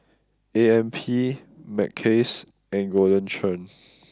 A M P Mackays and Golden Churn